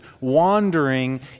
wandering